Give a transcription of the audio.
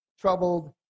troubled